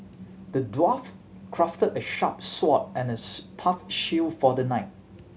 the dwarf crafted a sharp sword and a tough shield for the knight